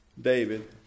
David